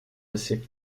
assez